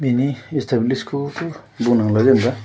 बिनि इस्ताब्लिसखौथ' बुंनांला जेनेबा